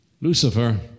Lucifer